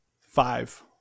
five